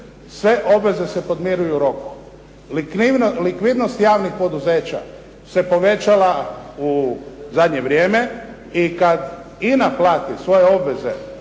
sve obveze se podmiruju u roku. Likvidnost javnih poduzeća se povećala u zadnje vrijeme i kad "INA" plati svoje obveze